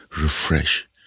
refresh